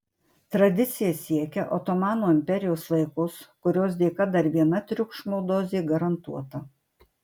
tradicija siekia otomano imperijos laikus kurios dėka dar viena triukšmo dozė garantuota